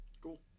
Cool